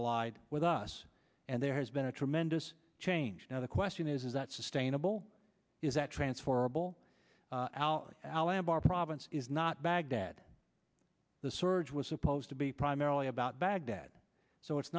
allied with us and there has been a tremendous change now the question is is that sustainable is that transfer of all out al anbar province is not baghdad the surge was supposed to be primarily about baghdad so it's